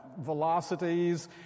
velocities